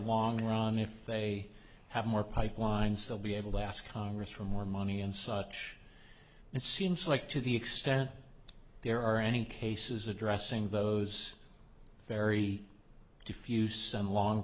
long run if they have more pipelines they'll be able to ask congress for more money and such and seems like to the extent there are any cases addressing those very diffuse and long